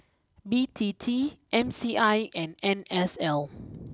B T T M C I and N S L